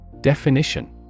Definition